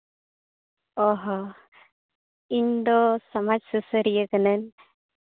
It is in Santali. ᱚ ᱦᱚᱸ ᱤᱧᱫᱚ ᱥᱚᱢᱟᱡᱽ ᱥᱩᱥᱟᱹᱨᱤᱭᱟᱹ ᱠᱟᱹᱱᱟᱹᱧ